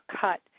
cut